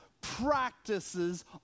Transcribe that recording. practices